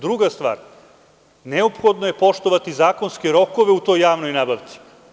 Druga stvar, neophodno je poštovati zakonske rokove u toj javnoj nabavci.